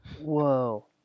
whoa